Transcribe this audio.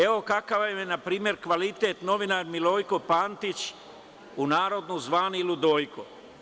Evo, kakav vam je npr. kvalitet novinar Milojko Pantić, u narodu zvani ludojko.